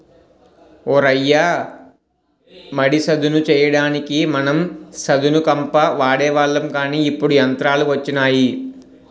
ఓ రయ్య మడి సదును చెయ్యడానికి మనం సదును కంప వాడేవాళ్ళం కానీ ఇప్పుడు యంత్రాలు వచ్చినాయి